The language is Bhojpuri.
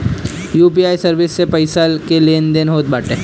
यू.पी.आई सर्विस से पईसा के लेन देन होत बाटे